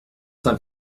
saint